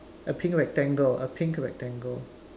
a pink rectangle a pink rectangle